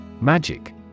Magic